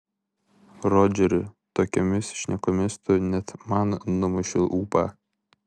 rodžeri tokiomis šnekomis tu net man numuši ūpą